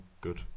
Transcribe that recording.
good